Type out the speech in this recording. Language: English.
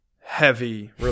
heavy